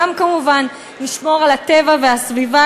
גם כמובן לשמור על הטבע והסביבה,